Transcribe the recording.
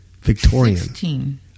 Victorian